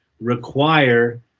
require